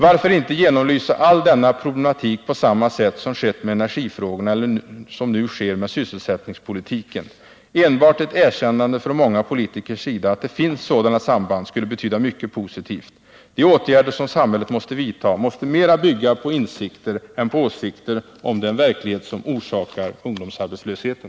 Varför inte genomlysa all denna problematik på samma sätt som skett med energifrågorna eller som nu sker med sysselsättningspolitiken? Enbart ett erkännande från många politikers sida, att det finns sådana samband, skulle betyda mycket positivt. De åtgärder som samhället måste vidta måste mera bygga på insikter än på åsikter om den verklighet som orsakar ungdomsarbetslösheten.